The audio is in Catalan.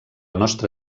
nostra